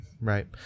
Right